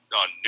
on